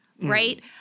right